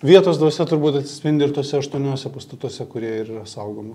vietos dvasia turbūt atsispindi ir tuose aštuoniuose pastatuose kurie ir yra saugomi